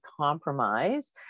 compromise